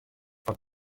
want